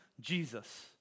Jesus